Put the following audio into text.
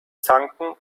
zanken